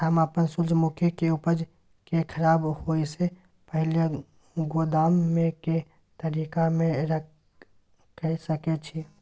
हम अपन सूर्यमुखी के उपज के खराब होयसे पहिले गोदाम में के तरीका से रयख सके छी?